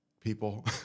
people